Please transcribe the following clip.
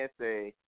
say